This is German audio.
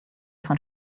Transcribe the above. von